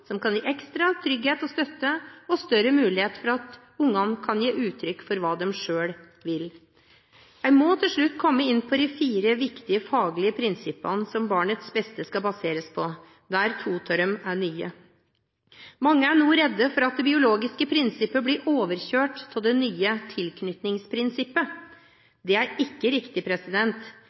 som kan gi ekstra trygghet og støtte og større mulighet for at ungene kan gi uttrykk for hva de selv vil. Jeg må til slutt komme inn på de fire viktige faglige prinsippene som barnets beste skal baseres på, der to av dem er nye. Mange er nå redde for at det biologiske prinsippet blir overkjørt av det nye tilknytningsprinsippet. Det er ikke riktig,